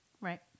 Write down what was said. Right